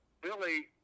Billy